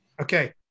Okay